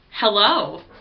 Hello